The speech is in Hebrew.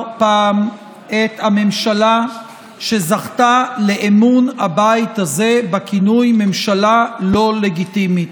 פעם את הממשלה שזכתה לאמון הבית הזה בכינוי "ממשלה לא לגיטימית".